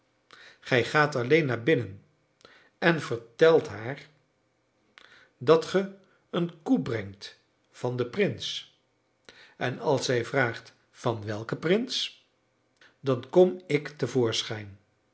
gij gaat alleen naar binnen en vertelt haar dat ge een koe brengt van den prins en als zij vraagt van welken prins dan kom ik